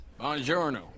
Buongiorno